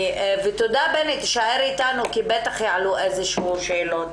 תודה, בני, תישאר איתנו כי בטוח יעלו עוד שאלות.